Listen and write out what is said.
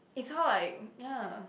it's how I ya